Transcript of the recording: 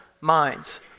minds